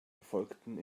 erfolgten